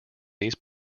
these